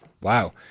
Wow